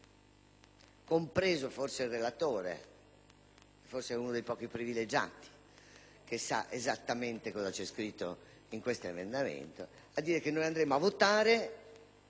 compreso il relatore, forse uno dei pochi privilegiati che sa esattamente cosa c'è scritto in questo maxiemendamento, a dire che andremo a votare,